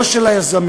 לא של היזמים.